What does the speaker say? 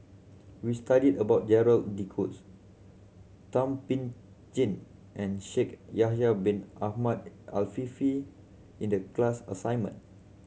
we studied about Gerald De Cruz Thum Ping Tjin and Shaikh Yahya Bin Ahmed Afifi in the class assignment